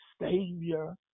Savior